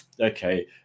okay